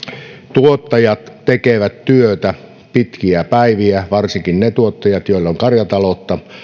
tuottajat tekevät työtä pitkiä päiviä varsinkaan ne tuottajat joilla on karjataloutta